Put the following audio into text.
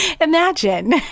Imagine